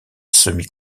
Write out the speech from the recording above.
semi